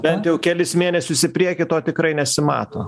bent jau kelis mėnesius į priekį to tikrai nesimato